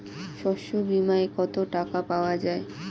শস্য বিমায় কত টাকা পাওয়া যায়?